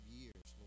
years